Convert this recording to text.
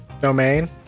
domain